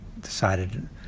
decided